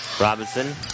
Robinson